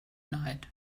night